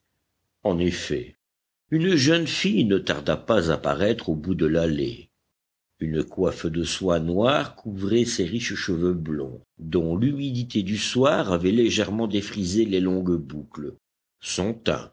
en effet une jeune fille ne tarda pas à paraître au bout de l'allée une coiffe de soie noire couvrait ses riches cheveux blonds dont l'humidité du soir avait légèrement défrisé les longues boucles son